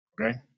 Okay